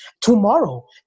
Tomorrow